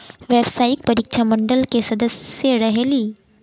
व्यावसायिक परीक्षा मंडल के सदस्य रहे ली?